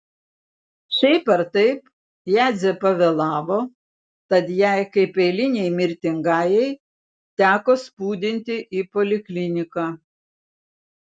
šiaip ar taip jadzė pavėlavo tad jai kaip eilinei mirtingajai teko spūdinti į polikliniką